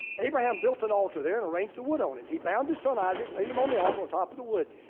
abraham built an altar there and arranged the wood on it. he bound his son isaac, laid him on the altar on top of the wood.